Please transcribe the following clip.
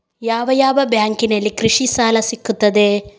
ಯಾವ ಯಾವ ಬ್ಯಾಂಕಿನಲ್ಲಿ ಕೃಷಿ ಸಾಲ ಸಿಗುತ್ತದೆ?